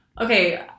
okay